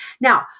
Now